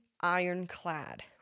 ironclad